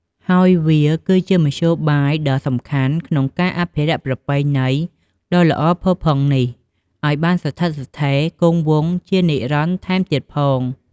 ហើយវាគឺជាមធ្យោបាយដ៏សំខាន់ក្នុងការអភិរក្សប្រពៃណីដ៏ល្អផូរផង់នេះឱ្យបានស្ថិតស្ថេរគង់វង្សជានិរន្តរ៍ថែមទៀតផង។